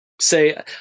say